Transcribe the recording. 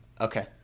okay